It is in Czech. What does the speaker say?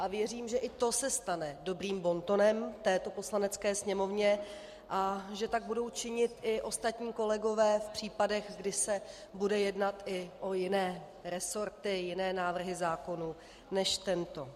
A věřím, že i to se stane dobrým bontonem v této Poslanecké sněmovně a že tak budou činit i ostatní kolegové v případech, kdy se bude jednat i o jiné resorty, jiné návrhy zákonů než tento.